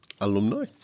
alumni